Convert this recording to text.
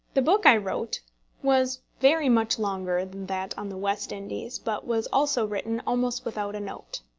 the book i wrote was very much longer than that on the west indies, but was also written almost without a note.